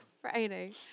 Friday